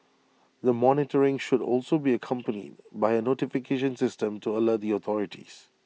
the monitoring should also be accompanied by A notification system to alert the authorities